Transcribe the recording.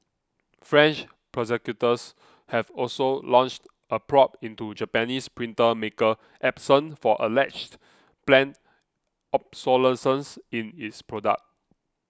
French prosecutors have also launched a probe into Japanese printer maker Epson for alleged planned obsolescence in its product